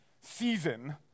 season